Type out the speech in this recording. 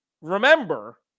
remember